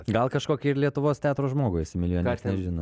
gal kažkokį ir lietuvos teatro žmogų įsimylėjo nieks nežino